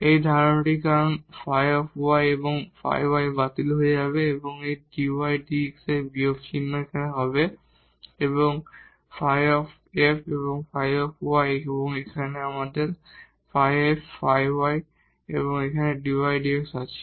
এই ধারণাটির কারণ ϕy এবং ϕy বাতিল হয়ে যাবে এবং dydx এর বিয়োগ চিহ্ন হবে এবং এই ∂ f ∂ y and এবং এখানে আমাদের ∂ f ∂ y এবং dydx আছে